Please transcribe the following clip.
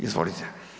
Izvolite.